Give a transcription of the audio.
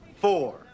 four